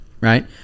right